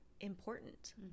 important